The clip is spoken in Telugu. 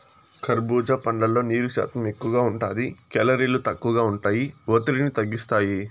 కర్భూజా పండ్లల్లో నీరు శాతం ఎక్కువగా ఉంటాది, కేలరీలు తక్కువగా ఉంటాయి, ఒత్తిడిని తగ్గిస్తాయి